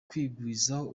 kwigwizaho